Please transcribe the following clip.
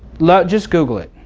let, just google it.